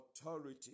authority